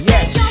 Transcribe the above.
Yes